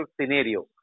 scenario